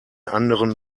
anderen